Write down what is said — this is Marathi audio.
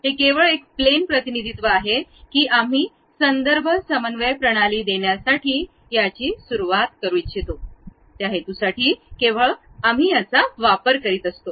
हे केवळ एक प्लेन प्रतिनिधीत्व आहे की आम्ही संदर्भ समन्वय प्रणाली देण्यासाठी त्याची सुरुवात करू इच्छितो त्या हेतूसाठी केवळ आम्ही याचा वापर करतो